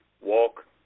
walk